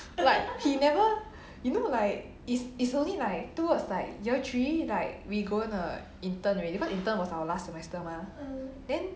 like he never you know like is is only like towards like year three like we going to intern already cause intern was our last semester mah then